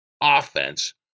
offense